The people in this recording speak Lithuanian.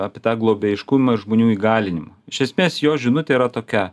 apie tą globėjiškumą ir žmonių įgalinimą iš esmės jo žinutė yra tokia